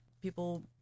people